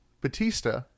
Batista